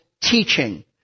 teaching